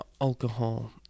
alcohol